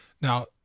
Now